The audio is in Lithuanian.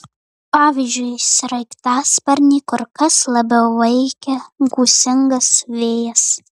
pavyzdžiui sraigtasparnį kur kas labiau veikia gūsingas vėjas